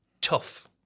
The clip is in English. Tough